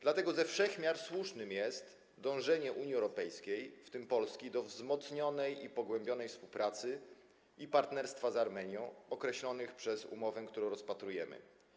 Dlatego ze wszech miar słuszne jest dążenie Unii Europejskiej, w tym Polski, do wzmocnienia i pogłębienia współpracy oraz partnerstwa z Armenią określonych przez umowę, którą rozpatrujemy.